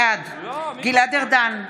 בעד גלעד ארדן,